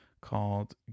called